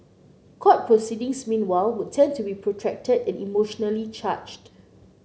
court proceedings meanwhile would tend to be protracted and emotionally charged